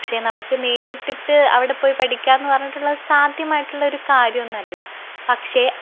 പക്ഷെ നമുക്ക് നേരിട്ടിട്ട് അവിടെപ്പോയി പഠിക്യാന്ന് പറയുന്നത് സദ്യമായിട്ടുള്ളൊരു കാര്യമൊന്നുമല്ല പക്ഷെ